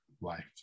life